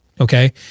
okay